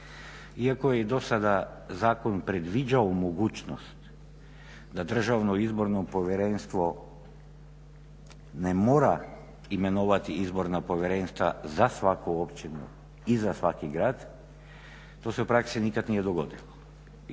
Iako je i do sada zakon predviđao mogućnost da Državno izborno povjerenstvo ne mora imenovati izborna povjerenstva za svaku općinu i za svaki grad, to se u praksi nikad nije dogodilo.